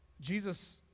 jesus